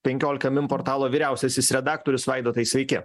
penkiolika min portalo vyriausiasis redaktorius vaidotai sveiki